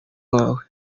wawe